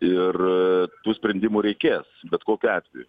ir tų sprendimų reikės bet kokiu atveju